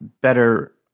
better